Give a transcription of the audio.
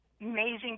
amazing